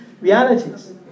realities